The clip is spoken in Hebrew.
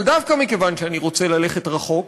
אבל דווקא מכיוון שאני רוצה ללכת רחוק,